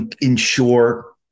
Ensure